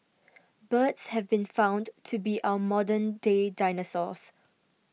birds have been found to be our modern day dinosaurs